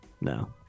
no